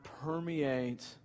permeate